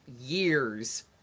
years